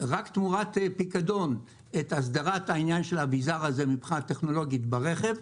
רק תמורת פיקדון את הסדרת העניין של האביזר הזה מבחינה טכנולוגית ברכב,